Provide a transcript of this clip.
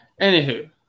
Anywho